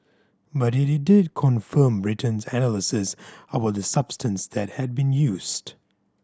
but it did confirm Britain's analysis about the substance that had been used